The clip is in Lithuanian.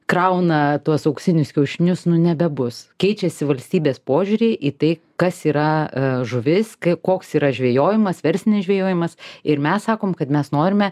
krauna tuos auksinius kiaušinius nu nebebus keičiasi valstybės požiūriai į tai kas yra žuvis ka koks yra žvejojimas verslinis žvejojimas ir mes sakom kad mes norime